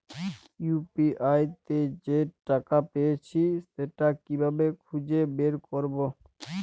UPI তে যে টাকা পেয়েছি সেটা কিভাবে খুঁজে বের করবো?